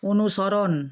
অনুসরণ